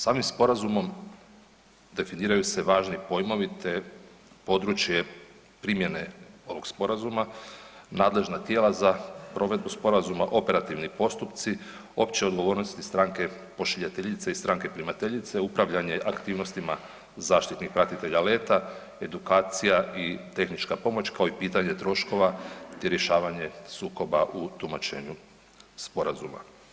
Samim sporazumom definiraju se važni pojmovi, te područje primjene ovog sporazuma, nadležna tijela za provedbu sporazuma, operativni postupci, opće odgovornosti stranke pošiljateljice i stranke primateljice, upravljanje aktivnostima zaštitnih pratitelja leta, edukacija i tehnička pomoć, kao i pitanje troškova, te rješavanje sukoba u tumačenju sporazuma.